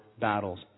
battles